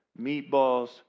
meatballs